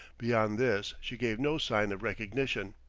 beyond this she gave no sign of recognition.